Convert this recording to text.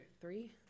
three